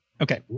Okay